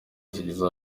zigize